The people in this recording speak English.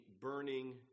burning